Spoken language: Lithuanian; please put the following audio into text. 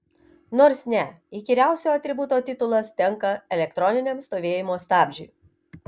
nors ne įkyriausio atributo titulas tenka elektroniniam stovėjimo stabdžiui